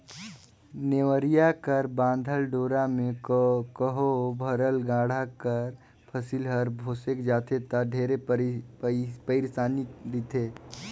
नेवरिया कर बाधल डोरा मे कहो भरल गाड़ा कर फसिल हर भोसेक जाथे ता ढेरे पइरसानी रिथे